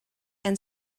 and